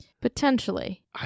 Potentially